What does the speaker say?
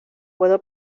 puedo